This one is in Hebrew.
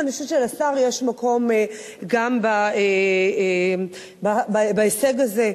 ואני חושבת שלשר יש מקום גם בהישג הזה.